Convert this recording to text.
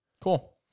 Cool